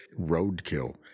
roadkill